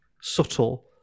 subtle